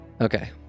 Okay